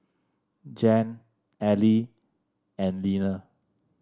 Jan Ally and Leaner